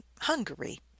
hungary